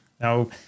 Now